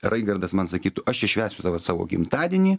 raigardas man sakytų aš čia švesiu tave savo gimtadienį